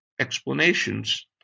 explanations